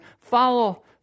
follow